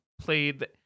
played